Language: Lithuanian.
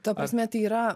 ta prasme tai yra